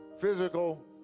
physical